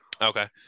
Okay